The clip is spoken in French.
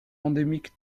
endémique